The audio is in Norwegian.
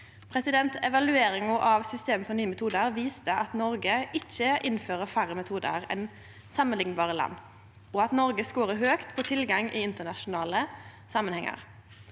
tiltak. Evalueringa av systemet for Nye metodar viste at Noreg ikkje innfører færre metodar enn samanliknbare land, og at Noreg scorar høgt på tilgang i internasjonale samanhengar.